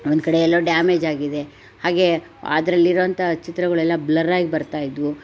ಒಂದ್ಕಡೆ ಎಲ್ಲೋ ಡ್ಯಾಮೇಜ್ ಆಗಿದೆ ಹಾಗೇ ಅದರಲ್ಲಿರೋಂಥ ಚಿತ್ರಗಳೆಲ್ಲ ಬ್ಲರ್ರಾಗಿ ಬರ್ತಾ ಇದ್ದವು